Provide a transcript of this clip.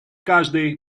каждый